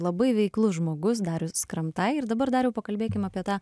labai veiklus žmogus darius skramtai ir dabar dariau pakalbėkim apie tą